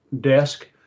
desk